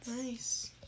Nice